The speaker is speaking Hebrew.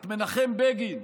את מנחם בגין,